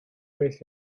beth